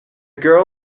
girl